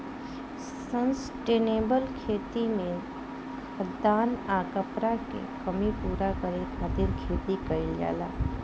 sustainable खेती में खाद्यान आ कपड़ा के कमी पूरा करे खातिर खेती कईल जाला